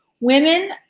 women